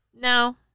No